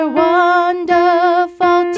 wonderful